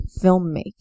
filmmaking